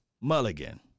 Mulligan